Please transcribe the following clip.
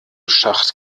schacht